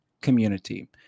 community